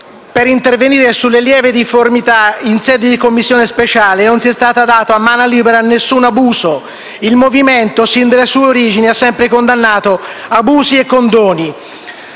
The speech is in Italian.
per intervenire sulle lievi difformità, in sede di Commissione speciale non sia stata data mano libera ad alcun abuso. Il Movimento, sin dalle sue origini, ha sempre condannato abusi e condoni.